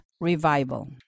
revival